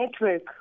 network